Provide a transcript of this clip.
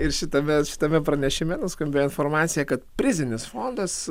ir šitame šitame pranešime nuskambėjo informacija kad prizinis fondas